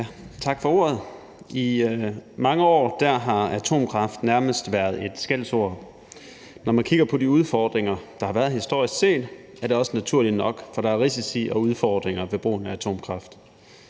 Tak for ordet. I mange år har atomkraft nærmest været et skældsord. Når man kigger på de udfordringer, der har været historisk set, er det også naturligt nok, for der er risici og udfordringer ved brugen af atomkraft.